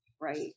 Right